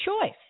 choice